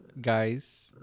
Guys